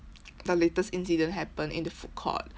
the latest incident happened in the food court